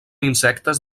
insectes